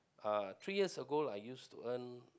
uh three years ago I used to earn